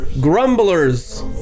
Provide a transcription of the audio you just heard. grumblers